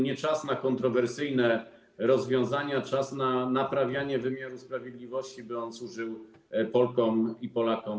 Nie czas na kontrowersyjne rozwiązania, czas na naprawianie wymiaru sprawiedliwości, by służył Polkom i Polakom.